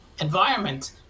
environment